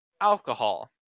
alcohol